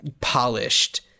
polished